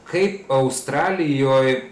kaip australijoj